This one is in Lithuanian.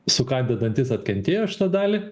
sukandę dantis atkentėjo šitą dalį